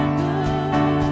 good